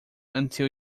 until